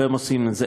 עושים את זה.